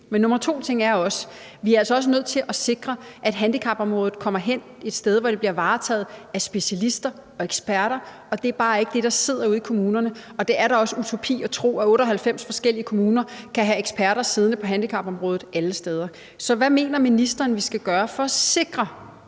ting er, at vi altså også er nødt til at sikre, at handicapområdet kommer hen et sted, hvor det bliver varetaget af specialister og eksperter, og det er bare ikke dem, der sidder ude i kommunerne. Og det er da også utopi at tro, at alle 98 forskellige kommuner kan have eksperter siddende på handicapområdet. Så hvad mener ministeren vi skal gøre for at sikre,